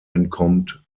entkommt